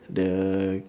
the